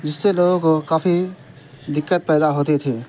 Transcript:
جس سے لوگوں کو کافی دقت پیدا ہوتی تھی